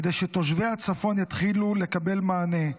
כדי שתושבי הצפון יתחילו לקבל מענה,